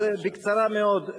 אז בקצרה מאוד,